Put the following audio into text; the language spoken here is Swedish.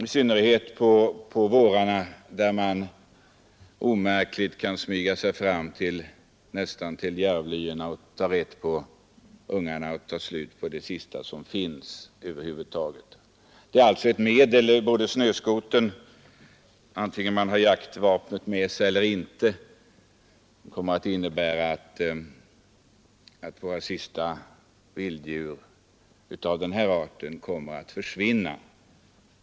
I synnerhet på vårarna kan man omärkligt smyga sig an ända fram till järvlyan, ta rätt på ungarna och göra slut på det sista vilt som finns av detta slag. Snöskotern är alltså ett medel, antingen man har jaktvapen med sig eller inte. Våra sista vilddjur av denna art kommer att försvinna.